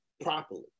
properly